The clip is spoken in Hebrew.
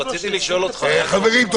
רציתי לשאול אותך --- חברים,